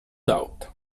doubt